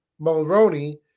Mulroney